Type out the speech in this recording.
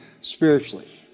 spiritually